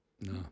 No